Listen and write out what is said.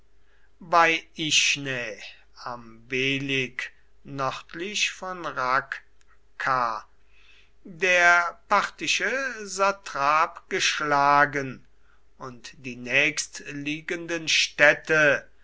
bei ichnä am belik nördlich von rakkah der parthische satrap geschlagen und die nächstliegenden städte